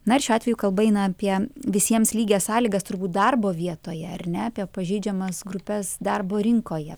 na ir šiuo atveju kalba eina apie visiems lygias sąlygas turbūt darbo vietoje ar ne apie pažeidžiamas grupes darbo rinkoje